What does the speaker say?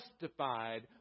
justified